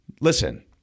listen